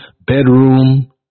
bedroom